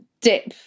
dip